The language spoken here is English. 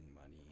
money